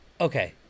okay